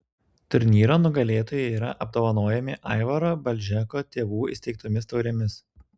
turnyro nugalėtojai yra apdovanojami aivaro balžeko tėvų įsteigtomis taurėmis